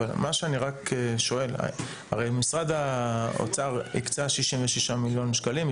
אני רק שואל: משרד האוצר הקצה 66 מיליון שקלים,